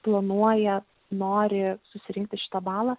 planuoja nori susirinkti šitą balą